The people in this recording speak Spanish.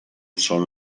son